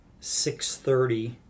6.30